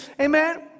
Amen